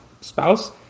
spouse